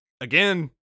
Again